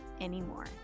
anymore